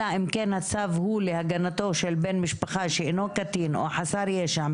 אלא אם כן הצו הוא להגנתו של בן משפחה שאינו קטין או חסר ישע,